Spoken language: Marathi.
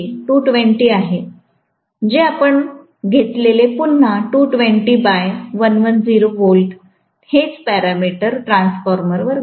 2KVA 220 आहे जे आपण घेतलेले पुन्हा 220 बाय 110 V तेच पॅरामीटर ट्रान्सफॉर्मर वर घेऊ